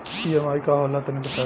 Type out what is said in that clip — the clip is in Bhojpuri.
ई.एम.आई का होला तनि बताई?